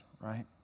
right